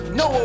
no